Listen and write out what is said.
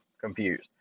confused